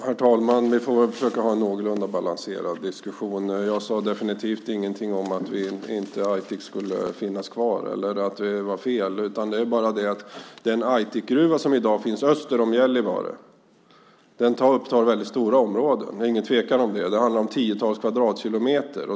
Herr talman! Vi får väl försöka ha en någorlunda balanserad diskussion. Jag sade definitivt ingenting om att Aitik inte skulle finnas kvar eller att det var fel. Den Aitikgruva som i dag finns öster om Gällivare upptar mycket stora områden. Det är ingen tvekan om det. Det handlar om tiotals kvadratkilometer.